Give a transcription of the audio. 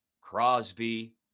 Crosby